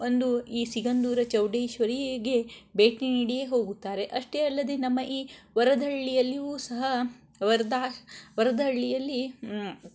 ಒಂದು ಈ ಸಿಗಂದೂರು ಚೌಡೇಶ್ವರೀಗೆ ಭೇಟಿ ನೀಡಿಯೇ ಹೋಗುತ್ತಾರೆ ಅಷ್ಟೇ ಅಲ್ಲದೆ ನಮ್ಮ ಈ ವರಧಳ್ಳಿಯಲ್ಲಿಯೂ ಸಹ ವರ್ಧ ವರಧಳ್ಳಿಯಲ್ಲಿ